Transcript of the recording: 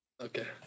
Okay